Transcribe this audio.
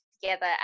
together